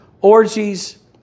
orgies